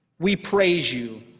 we praise you,